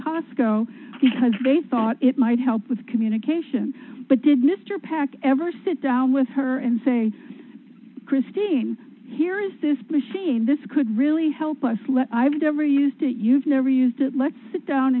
cosco because they thought it might help with communication but did mr peck ever sit down with her and say christine here is this place seeing this could really help us learn i've never used it you've never used it let's sit down